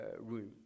room